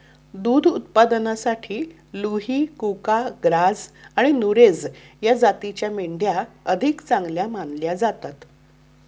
दुध उत्पादनासाठी लुही, कुका, ग्राझ आणि नुरेझ या जातींच्या मेंढ्या अधिक चांगल्या मानल्या जातात